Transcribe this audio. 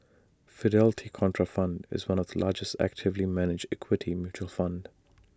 Fidelity Contrafund is one of the largest actively managed equity mutual fund